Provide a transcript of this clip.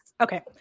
Okay